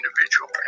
individual